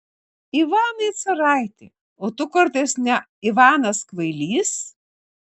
ivanai caraiti o tu kartais ne ivanas kvailys